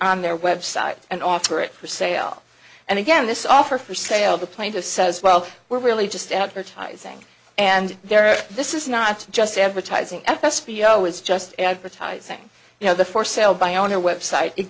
on their website and offer it for sale and again this offer for sale the plaintiff says well we're really just advertising and there this is not just advertising s p o is just advertising you know the for sale by owner website it